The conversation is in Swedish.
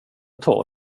tar